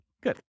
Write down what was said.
good